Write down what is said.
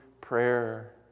prayer